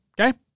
okay